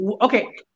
okay